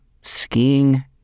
skiing